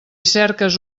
cerques